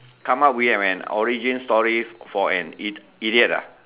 come out be a man origin story for an idiot ah